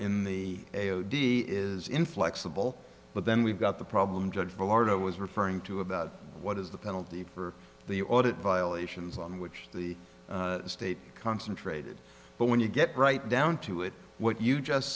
in the d is inflexible but then we've got the problem judge florida was referring to about what is the penalty for the audit violations on which the state concentrated but when you get right down to it what you just